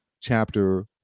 chapter